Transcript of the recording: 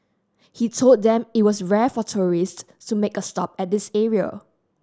he told them it was rare for tourist to make a stop at this area